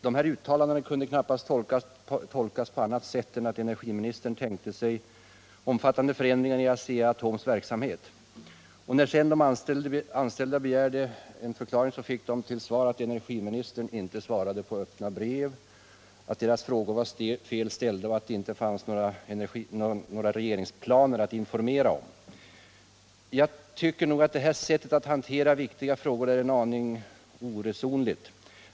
De här uttalandena kunde knappast tolkas på annat sätt än att energiministern tänkte sig omfattande förändringar i Asea-Atoms verksamhet. När de anställda sedan begärde en förklaring fick de till svar att energiministern inte svarade på öppna brev, att deras frågor var fel ställda och att det inte fanns några regeringsplaner att informera om. Jag tycker att det här sättet att hantera viktiga frågor är en aning oresonligt.